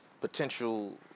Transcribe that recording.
potential